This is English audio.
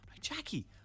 Jackie